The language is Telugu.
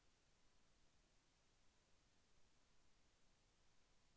తక్కువ తేమ శాతం మిరప పంటపై ఎలా ప్రభావం చూపిస్తుంది?